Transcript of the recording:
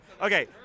Okay